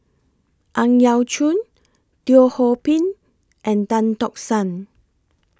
Ang Yau Choon Teo Ho Pin and Tan Tock San